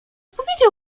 powiedział